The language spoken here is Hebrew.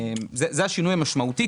זה השינוי המשמעותי,